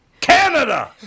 Canada